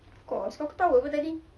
of course aku ketawa [pe] tadi